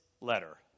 letter